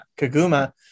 Kaguma